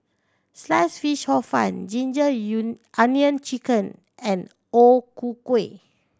Sliced Fish Hor Fun ginger onion chicken and O Ku Kueh